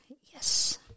Yes